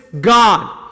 God